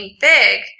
big